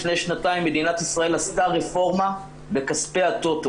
לפני שנתיים מדינת ישראל עשתה רפורמה בכספי הטוטו,